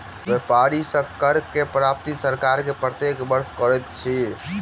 व्यापारी सॅ करक प्राप्ति सरकार प्रत्येक वर्ष करैत अछि